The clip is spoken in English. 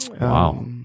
Wow